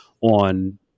on